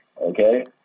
okay